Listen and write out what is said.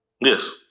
yes